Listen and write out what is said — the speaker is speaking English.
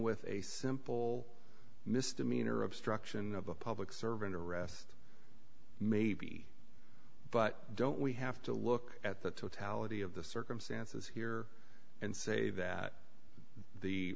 with a simple misdemeanor obstruction of a public servant arrest maybe but don't we have to look at the totality of the circumstances here and say that the